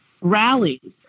rallies